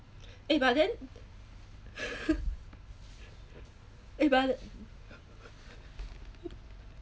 eh but then eh but